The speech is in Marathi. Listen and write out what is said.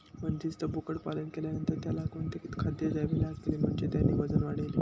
बंदिस्त बोकडपालन केल्यानंतर त्याला कोणते खाद्य द्यावे लागेल म्हणजे त्याचे वजन वाढेल?